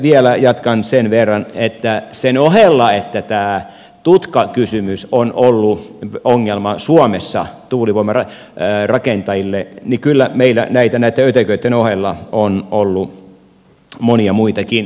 vielä jatkan sen verran että sen ohella että tämä tutkakysymys on ollut ongelma suomessa tuulivoimarakentajille kyllä meillä näitten ötököitten ohella on ollut monia muitakin